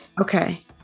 Okay